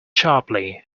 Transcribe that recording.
sharply